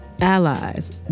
allies